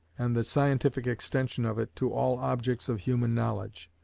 and the scientific extension of it to all objects of human knowledge.